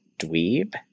dweeb